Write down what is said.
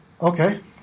Okay